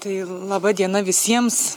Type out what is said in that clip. tai laba diena visiems